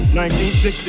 1960